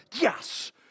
yes